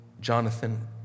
Jonathan